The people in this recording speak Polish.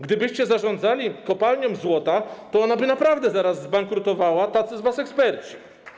Gdybyście zarządzali kopalnią złota, ona by naprawdę zaraz zbankrutowała, tacy z was eksperci.